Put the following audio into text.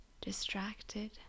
distracted